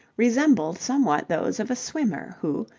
resembled somewhat those of a swimmer who,